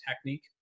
Technique